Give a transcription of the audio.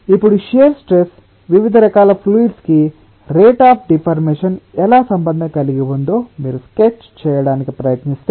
ఇప్పుడు shear stress వివిధ రకాల ఫ్లూయిడ్స్ కి రేట్ అఫ్ డిఫార్మేషన్ ఎలా సంబంధం కలిగి ఉందో మీరు స్కెచ్ చేయడానికి ప్రయత్నిస్తే